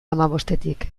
hamabostetik